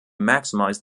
maximize